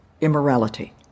immorality